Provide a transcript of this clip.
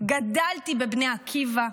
גדלתי בבני עקיבא,